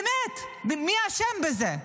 באמת, מי אשם בזה?